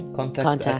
contact